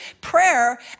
prayer